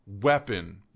weapon